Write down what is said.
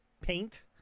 paint